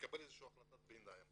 נקבל החלטת ביניים